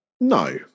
No